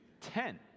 ten